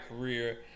career